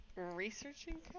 Researching